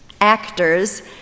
Actors